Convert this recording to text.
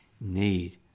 need